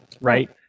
right